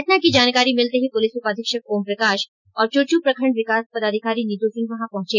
घटना की जानकारी मिलते ही पुलिस उपाधीक्षक ओम प्रकाश और चुरचू प्रखंड विकास पदाधिकारी नीतू सिंह वहां पहुंचे